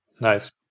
Nice